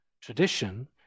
tradition